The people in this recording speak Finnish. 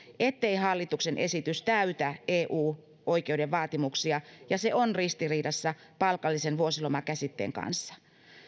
ettei hallituksen esitys täytä eu oikeuden vaatimuksia ja että se on ristiriidassa palkallisen vuosiloman käsitteen kanssa